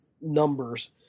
numbers